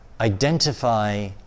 identify